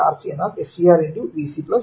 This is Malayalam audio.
tRC എന്നാൽ SCR × Vc Vc1